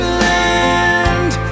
land